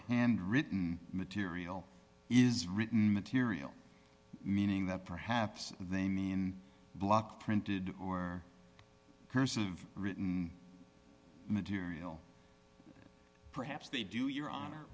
hand written material is written material meaning that perhaps they mean block printed or cursive written material perhaps they do your honor